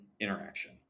interaction